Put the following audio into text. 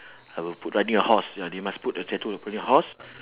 I will put riding a horse ya they must put the statue riding a horse